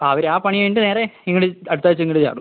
അവര് ആ പണി കഴിഞ്ഞിട്ട് നേരെ ഇങ്ങട് അടുത്തായ്ച്ച ഇങ്ങട് ചാടും